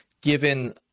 given